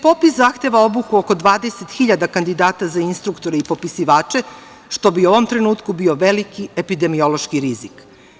Popis zahteva obuku oko 20.000 kandidata za instruktore i popisivače, što u ovom trenutku bio veliki epidemiološki rizik.